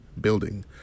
building